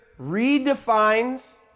redefines